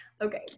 okay